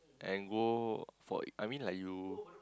and go for it I mean like you